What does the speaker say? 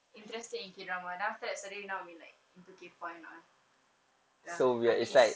interested in K drama then after that suddenly now I'm like into K pop ah ya I mean